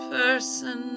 person